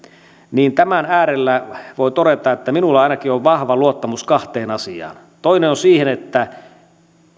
niin tämän äärellä voi todeta että minulla ainakin on vahva luottamus kahteen asiaan toinen on se että